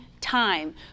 time